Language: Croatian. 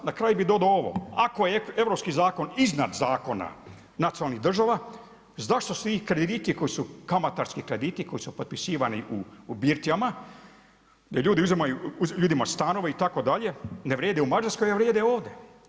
Na kraju bih dodao ovo, ako je europski zakon iznad zakona nacionalnih država, zašto svi krediti koji su kamatarski krediti koji su potpisivani u birtijama gdje uzimaju ljudima stanove itd. ne vrijede u Mađarskoj, a vrijede ovdje.